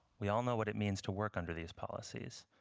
we all know what it means to work under these policies,